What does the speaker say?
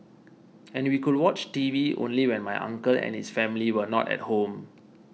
and we could watch T V only when my uncle and his family were not at home